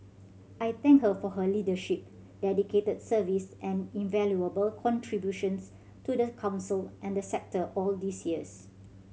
I thank her for her leadership dedicated service and invaluable contributions to the Council and the sector all these years